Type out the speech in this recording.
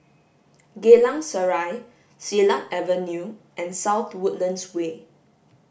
Geylang Serai Silat Avenue and South Woodlands Way